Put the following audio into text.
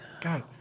God